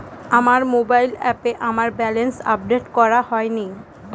আমার মোবাইল অ্যাপে আমার ব্যালেন্স আপডেট করা হয়নি